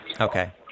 Okay